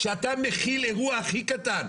כשאתה מכיל אירוע הכי קטן,